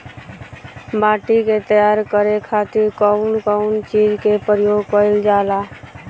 माटी के तैयार करे खातिर कउन कउन चीज के प्रयोग कइल जाला?